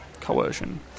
Coercion